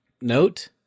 note